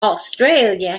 australia